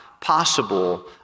possible